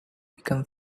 become